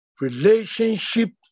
relationship